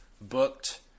booked